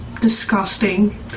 Disgusting